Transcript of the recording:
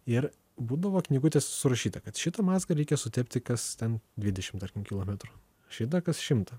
ir būdavo knygutėse surašyta kad šitą mazgą reikia sutepti kas ten dvidešim tarkim kilometrų šitą kas šimtą